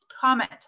comment